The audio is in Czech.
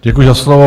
Děkuji za slovo.